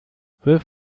wirf